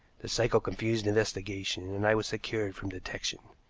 the cycle confused investigation, and i was secure from detection.